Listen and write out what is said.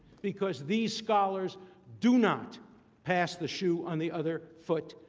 because these scholars do not pass the shoe on the other foot.